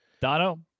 Dono